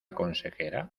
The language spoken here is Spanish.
consejera